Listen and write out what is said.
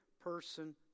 person